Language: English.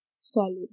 solid